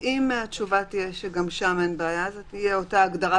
אז אם התשובה תהיה שגם שם אין בעיה זו תהיה אותה הגדרה.